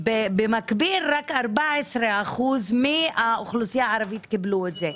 במקביל רק 14% מהאוכלוסייה הערבית קיבלו את זה.